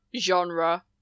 genre